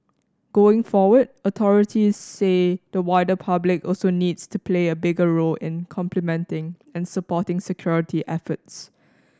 going forward authorities say the wider public also needs to play a bigger role in complementing and supporting security efforts